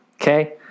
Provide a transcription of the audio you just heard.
Okay